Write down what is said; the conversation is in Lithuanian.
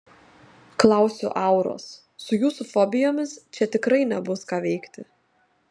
klausiu auros su jūsų fobijomis čia tikrai nebus ką veikti